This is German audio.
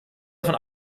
davon